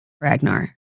Ragnar